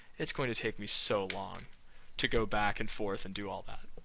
it's going to take me so long to go back and forth and do all that.